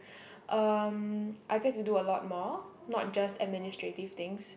um I get to do a lot more not just administrative things